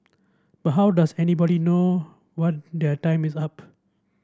but how does anybody know what their time is up